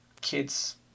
kids